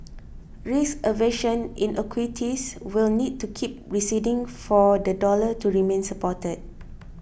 risk aversion in equities will need to keep receding for the dollar to remain supported